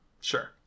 Sure